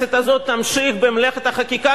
הכנסת הזאת תמשיך במלאכת החקיקה,